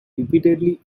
repeatedly